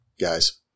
guys